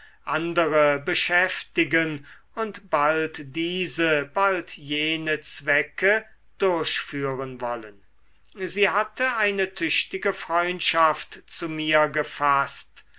andere beschäftigen und bald diese bald jene zwecke durchführen wollen sie hatte eine tüchtige freundschaft zu mir gefaßt